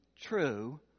true